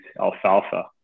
alfalfa